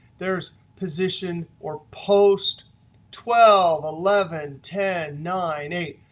there's position or post twelve, eleven, ten, nine, eight.